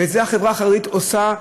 ואת זה החברה החרדית עושה,